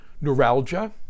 neuralgia